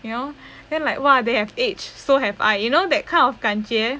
you know then like !wah! they have aged so have I you know that kind of 感觉